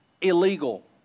illegal